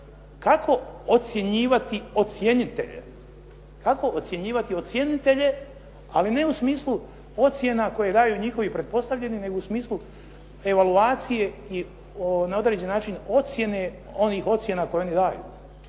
kako ocjenjivati ocjenitelje, ali ne u smislu ocjena koje daju njihovi pretpostavljeni, nego u smislu evaluacije i na određeni način ocjene onih ocjena koje oni daju.